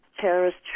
terrorist